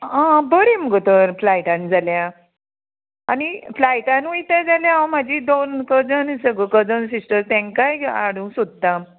आं बरें मुगो तर फ्लायटान जाल्यार आनी फ्लायटानू वयता जाल्यार हांव म्हाजी दोन कजन आसा गो कजन सिस्टर तेंकाय हाडूंक सोदतां